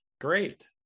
Great